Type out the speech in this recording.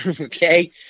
okay